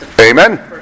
Amen